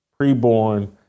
Preborn